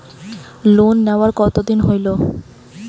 Loan নেওয়ার কতদিন হইল?